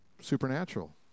supernatural